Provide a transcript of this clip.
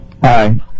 hi